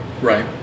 right